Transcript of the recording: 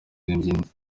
yaririmbye